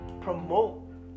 promote